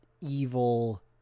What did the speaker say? evil